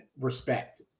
respect